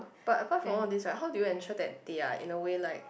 but apart from all these right how do you ensure that they are in a way like